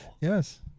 Yes